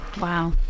wow